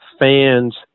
fans